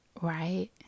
right